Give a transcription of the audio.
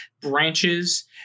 branches